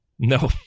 No